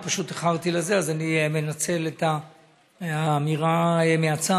אני פשוט איחרתי לזה, אז אני מנצל את האמירה מהצד